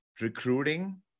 Recruiting